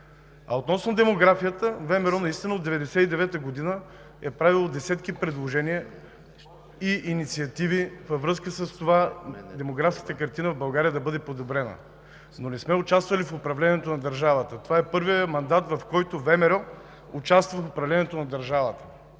А относно демографията – ВМРО наистина от 1999 г. е правила десетки предложения и инициативи във връзка с това демографската картина в България да бъде подобрена, но не сме участвали в управлението на държавата. Това е първият мандат, в който ВМРО участва в управлението на държавата.